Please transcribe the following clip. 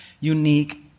unique